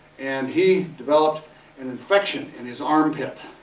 and he developed an infection in his armpit